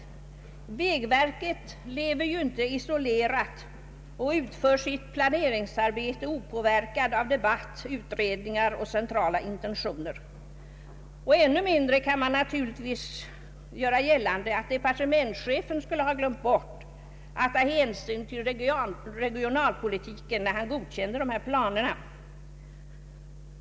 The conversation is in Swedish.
Vägverket lever ju inte isolerat. Det utför inte sitt planeringsarbete opåverkat av debatt, ut redningar och centrala intentioner. Ännu mindre kan man göra gällande att departementschefen skulle ha glömt att ta hänsyn till regionalpolitiken när han godkände planerna.